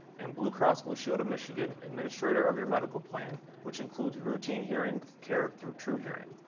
and blue cross blue shield of michigan, administrator of your medical plan, which includes routine hearing care through truhearing.